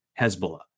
Hezbollah